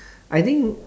I think